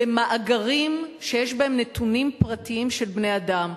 על מאגרים שיש בהם נתונים פרטיים של בני-אדם,